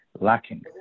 lacking